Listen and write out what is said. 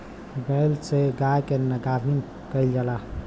बैल से गाय के गाभिन कइल जाला